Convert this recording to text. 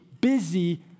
busy